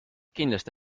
kindlasti